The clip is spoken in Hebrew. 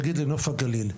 נגיד לנוף הגליל,